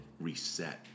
reset